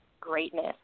greatness